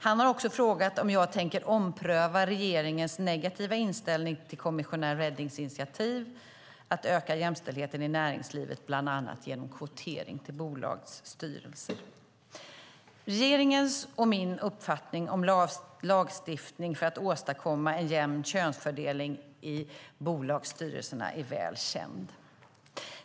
Han har också frågat om jag tänker ompröva regeringens negativa inställning till kommissionär Redings initiativ att öka jämställdheten i näringslivet bland annat genom kvotering till bolagsstyrelser. Regeringens - och min - uppfattning om lagstiftning för att åstadkomma en jämn könsfördelning i bolagsstyrelserna är väl känd.